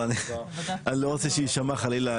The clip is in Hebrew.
אני לא רוצה שיישמע חלילה,